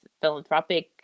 philanthropic